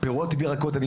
פירות וירקות,